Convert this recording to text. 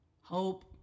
hope